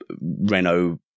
Renault